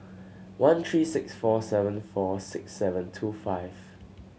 one three six four seven four six seven two five